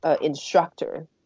instructor